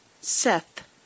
Seth